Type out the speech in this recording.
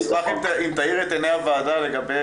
אני אשמח אם תאיר את עיני הוועדה לגבי